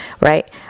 right